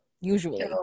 Usually